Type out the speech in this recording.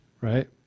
Right